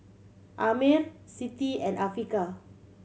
Ammir Siti and Afiqah